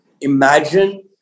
imagine